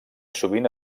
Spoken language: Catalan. sovint